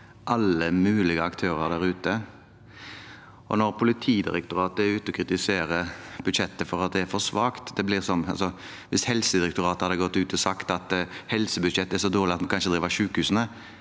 alle mulige aktører der ute. Når Politidirektoratet, POD, er ute og kritiserer budsjettet for at det er for svakt, blir det som hvis Helsedirektoratet hadde gått ut og sagt at helsebudsjettet er så dårlig at vi ikke kan drive sykehusene.